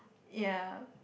ya